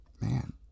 man